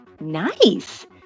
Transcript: Nice